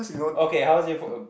okay how is it for uh